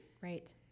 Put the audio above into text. Right